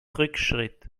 rückschritt